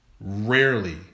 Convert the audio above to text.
Rarely